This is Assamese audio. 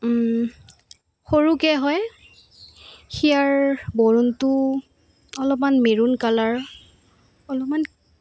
সৰুকৈ হয় সেয়াৰ বৰণটো অলপমান মেৰুণ কালাৰ অলপমান